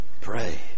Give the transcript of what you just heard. Pray